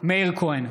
מאיר כהן,